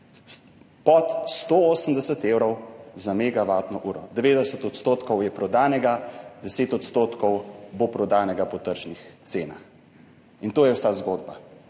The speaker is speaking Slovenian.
pod 180 evrov za megavatno uro. 90 % je prodanega, 10 % bo prodanega po tržnih cenah. In to je vsa zgodba.